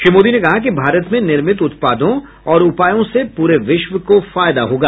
श्री मोदी ने कहा कि भारत में निर्मित उत्पादों और उपायों से पूरे विश्व को फायदा होगा